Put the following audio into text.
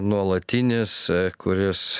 nuolatinis kuris